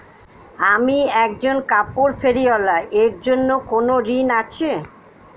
আমি একজন কাপড় ফেরীওয়ালা এর জন্য কোনো ঋণ আছে?